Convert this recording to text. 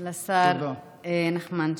תודה רבה לשר נחמן שי.